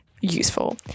useful